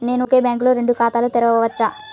నేను ఒకే బ్యాంకులో రెండు ఖాతాలు తెరవవచ్చా?